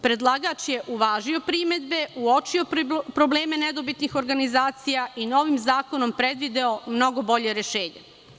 Predlagač je uvažio primedbe, uočio probleme nedobitnih organizacija i novim zakonom predvideo mnogo bolje rešenje.